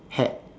had